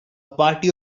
party